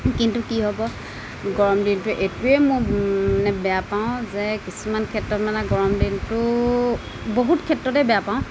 কিন্তু কি হ'ব গৰম দিনটো এইটোৱেই মোক মানে বেয়া পাওঁ যে কিছুমান ক্ষেত্ৰত মানে গৰম দিনটো বহুত ক্ষেত্ৰতে বেয়া পাওঁ